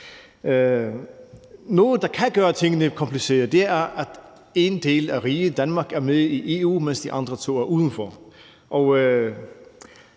Noget, der kan gøre tingene komplicerede, er, at en del af riget, Danmark, er med i EU, mens de andre to lande